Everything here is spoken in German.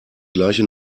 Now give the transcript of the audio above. gleiche